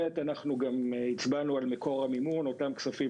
ב' אנחנו גם הצבענו על מקור המימון אותם כספים